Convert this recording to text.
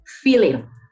feeling